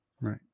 right